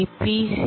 E P C